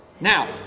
Now